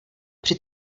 při